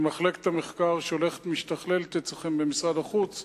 עם מחלקת המחקר אצלכם במשרד החוץ,